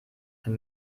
für